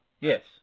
Yes